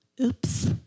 Oops